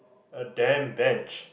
a damn bench